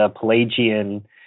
Pelagian